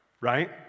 right